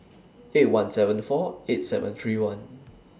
eight one seven four eight seven three one